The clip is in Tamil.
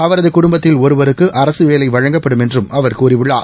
அவரது குடும்பத்தில் ஒருவருக்கு அரசு வேலை வழங்கப்படும் என்றும் அவர் கூறியுள்ளார்